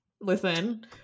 listen